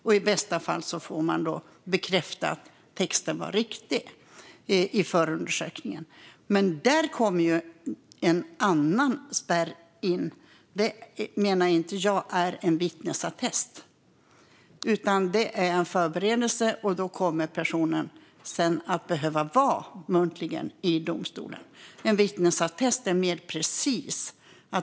I bästa fall får man bekräftat att texten i förundersökningen var riktig, men där kommer ju en annan spärr in. Det menar inte jag är en vittnesattest, utan det är en förberedelse. Då kommer personen sedan att behöva vara muntligen i domstolen. En vittnesattest är mer precis.